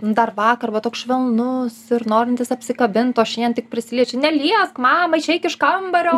nu dar vakar va toks švelnus ir norintis apsikabint o šiandien tik prisiliečiu neliesk mama išeik iš kambario